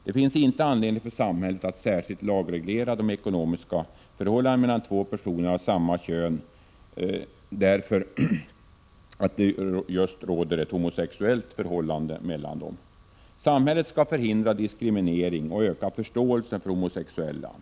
Det finns inte anledning för samhället att särskilt lagreglera de ekonomiska förhållandena mellan två personer av samma kön därför att det råder ett homosexuellt förhållande mellan dem. Samhället skall förhindra diskriminering av och öka förståelsen för de homosexuella.